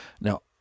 now